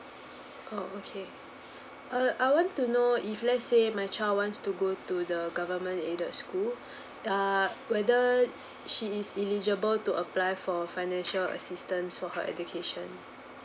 oh okay uh I want to know if let's say my child wants to go to the government aided school ah whether she is eligible to apply for financial assistance for her education